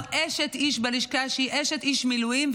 או אשת איש בלשכה שהיא אשת איש מילואים,